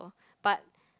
but